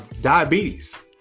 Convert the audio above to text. diabetes